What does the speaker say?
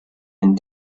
den